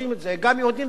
גם יהודים וגם ערבים.